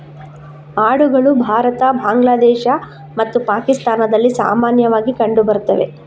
ಆಡುಗಳು ಭಾರತ, ಬಾಂಗ್ಲಾದೇಶ ಮತ್ತು ಪಾಕಿಸ್ತಾನದಲ್ಲಿ ಸಾಮಾನ್ಯವಾಗಿ ಕಂಡು ಬರ್ತವೆ